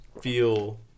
feel